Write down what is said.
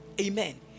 Amen